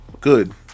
Good